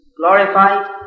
glorified